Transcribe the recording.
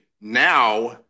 now